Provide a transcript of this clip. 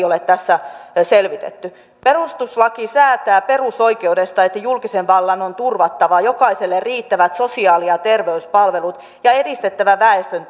ole tässä selvitetty perustuslaki säätää perusoikeudesta että julkisen vallan on turvattava jokaiselle riittävät sosiaali ja terveyspalvelut ja edistettävä väestön